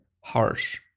harsh